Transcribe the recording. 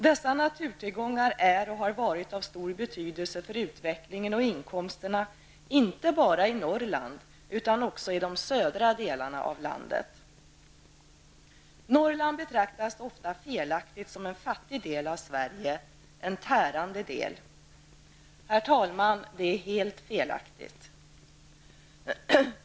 Dessa naturtillgångar är och har varit av stor betydelse för utvecklingen och inkomsterna inte bara i Norrland utan också i de södra delarna av landet. Norrland betraktas ofta felaktigt som en fattig del av Sverige, en tärande del. Herr talman! Det är helt felaktigt.